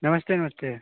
नमस्ते नमस्ते